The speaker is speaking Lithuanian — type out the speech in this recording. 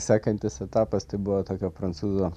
sekantis etapas tai buvo tokio prancūzo